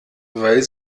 weil